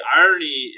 irony